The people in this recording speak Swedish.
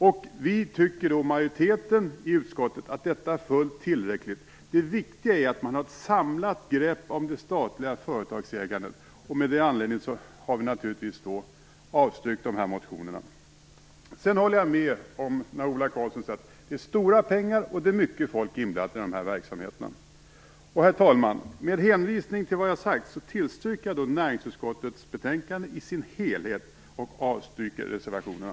Vi i utskottsmajoriteten tycker att detta är fullt tillräckligt. Det viktiga är att man har ett samlat grepp om det statliga företagsägandet. Av den anledningen har vi avstyrkt motionerna. Sedan håller jag med Ola Karlsson om att det är stora pengar och mycket folk inblandat i de här verksamheterna. Herr talman! Med hänvisning till vad jag har sagt tillstyrker jag hemställan i näringsutskottets betänkande i dess helhet och avstyrker reservationerna.